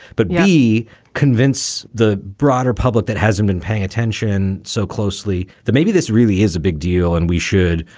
but maybe convince the broader public that hasn't been paying attention so closely that maybe this really is a big deal. and we should,